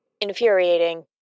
infuriating